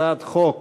הצעת חוק